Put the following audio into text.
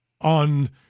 on